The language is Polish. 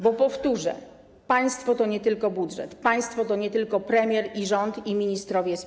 Bo, powtórzę, państwo to nie tylko budżet, państwo to nie tylko premier i rząd, i ministrowie z PiS-u.